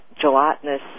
gelatinous